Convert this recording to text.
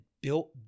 built